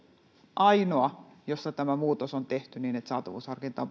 ainoa jossa tämä muutos on tehty niin että saatavuusharkinta